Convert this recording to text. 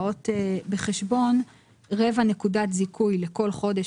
באות בחשבון רבע נקודת זיכוי לכל חודש